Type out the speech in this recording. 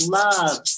love